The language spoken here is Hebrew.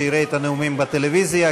שיראה את הנאומים בטלוויזיה,